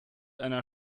einer